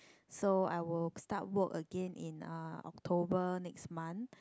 so I will start work again in October next month